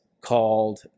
called